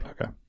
Okay